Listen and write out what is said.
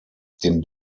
den